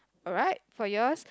alright for yours